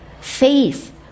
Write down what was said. faith